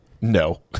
No